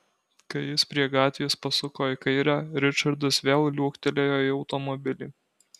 kai jis prie gatvės pasuko į kairę ričardas vėl liuoktelėjo į automobilį